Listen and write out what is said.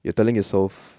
you are telling yourself